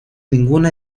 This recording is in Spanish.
ninguna